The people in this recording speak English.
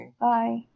Bye